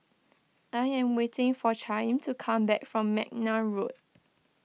I am waiting for Chaim to come back from McNair Road